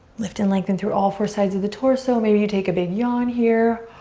lift and lengthen through all four sides of the torso. maybe you take a big yawn here.